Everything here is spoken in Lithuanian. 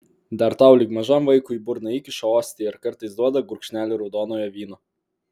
dar tau lyg mažam vaikui į burną įkiša ostiją ir kartais duoda gurkšnelį raudonojo vyno